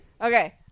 Okay